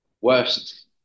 worst